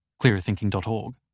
clearerthinking.org